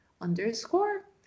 underscore